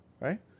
right